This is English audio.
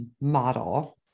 model